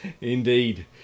Indeed